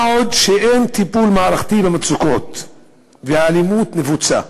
מה עוד שאין טיפול מערכתי במצוקות והאלימות נפוצה.